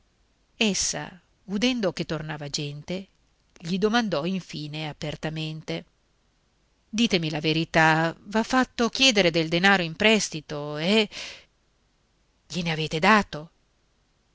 essa udendo che tornava gente gli domandò infine apertamente ditemi la verità v'ha fatto chiedere del denaro in prestito eh gliene avete dato